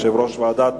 יושב-ראש ועדת